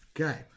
Okay